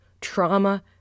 trauma